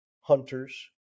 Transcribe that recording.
hunters